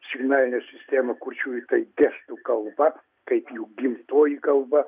signalinė sistema kurčiųjų tai gestų kalba kaip jų gimtoji kalba